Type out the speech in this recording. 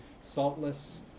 saltless